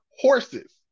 horses